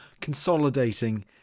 consolidating